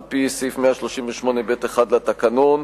על-פי סעיף 138(ב1) לתקנון,